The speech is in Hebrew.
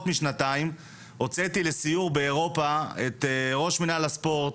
משנתיים הוצאתי לסיור באירופה את ראש מינהל הספורט